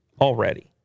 already